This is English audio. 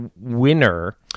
winner